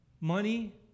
Money